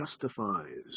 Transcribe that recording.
justifies